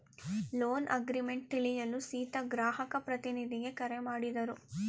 loan agreement ತಿಳಿಯಲು ಸೀತಾ ಗ್ರಾಹಕ ಪ್ರತಿನಿಧಿಗೆ ಕರೆ ಮಾಡಿದರು